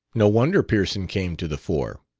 no wonder pearson came to the fore.